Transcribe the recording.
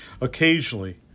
Occasionally